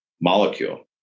molecule